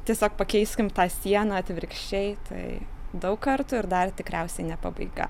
tiesiog pakeiskim tą sieną atvirkščiai tai daug kartų ir dar tikriausiai ne pabaiga